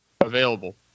available